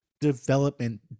development